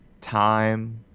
time